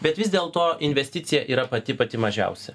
bet vis dėlto investicija yra pati pati mažiausia